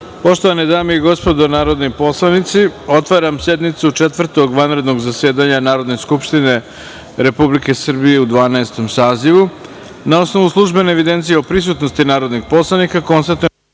Poštovani narodni poslanici, otvaram sednicu Četvrtog vanrednog zasedanja Narodne skupštine Republike Srbije u Dvanaestom sazivu. Na osnovu službene evidencije o prisutnosti narodnih poslanika, konstatujem